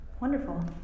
Wonderful